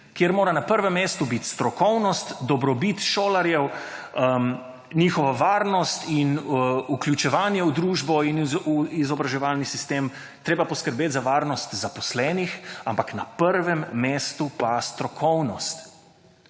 kjer mora na prvem mestu biti strokovnost, dobrobit šolarjev, njihova varnost in vključevanje v družbo in v izobraževalni sistem, treba poskrbeti za varnost zaposlenih. Ampak na prvem mestu pa strokovnost,